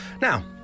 now